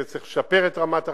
כי זה צריך לשפר את רמת החיים,